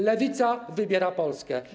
Lewica wybiera Polskę.